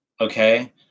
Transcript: okay